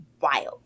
wild